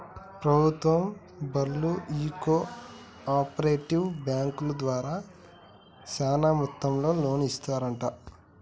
ప్రభుత్వం బళ్ళు ఈ కో ఆపరేటివ్ బాంకుల ద్వారా సాన మొత్తంలో లోన్లు ఇస్తరంట